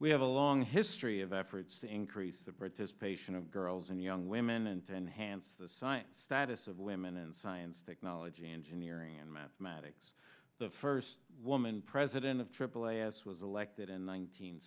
we have a long history of efforts to increase the participation of girls and young women and to enhance the science status of women in science technology engineering and mathematics the first woman president of aaa as was elected in